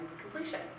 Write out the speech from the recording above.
completion